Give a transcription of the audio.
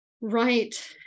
Right